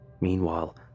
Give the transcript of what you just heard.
Meanwhile